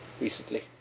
recently